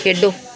ਖੇਡੋ